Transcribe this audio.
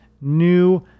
new